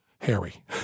Harry